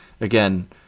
again